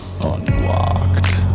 Unlocked